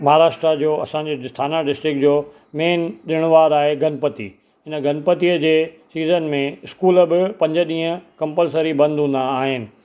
महाराष्ट्रा जो असांजो जो ठाणा डिस्टिक जो मेन ॾिणवारु आहे गनपति हिन गनपतिअ जे सीज़न में स्कूल बि पंज ॾींहं कंपल्सरी बंदि हूंदा आहिनि